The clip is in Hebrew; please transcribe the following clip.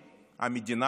המדינה שלי,